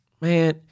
man